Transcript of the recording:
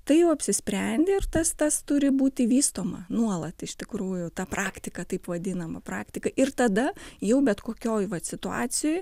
tai jau apsisprendi ir tas tas turi būti vystoma nuolat iš tikrųjų ta praktika taip vadinama praktika ir tada jau bet kokioj vat situacijoj